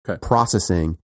processing